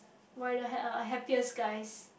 why don't have a happiest guys